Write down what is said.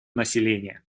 населения